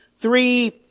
Three